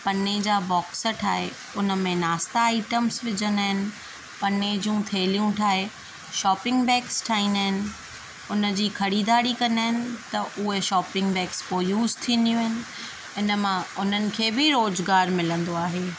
पन्ने जा बॉक्स ठाहे उनमें नास्ता आइटम्स विझंदा आहिनि पन्ने जूं थैलियूं ठाहे शॉपिंग बैग्स ठाहींदा आहिनि उन जी ख़रीदारी कंदा आहिनि त उहे शॉपिंग बैग्स पोइ यूज़ थींदियूं आहिनि इन मां उन्हनि खे बि रोजगार मिलंदो आहे